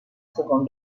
seconde